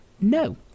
no